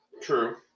True